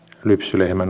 lypsylehmän